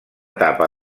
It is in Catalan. etapa